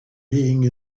being